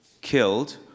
killed